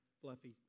Fluffy